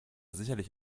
sicherlich